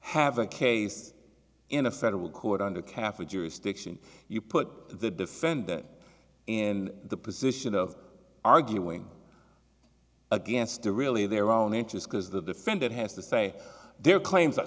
have a case in a federal court under kaffir jurisdiction you put the defendant in the position of arguing against the really their own interest because the defendant has to say their claims